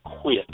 quit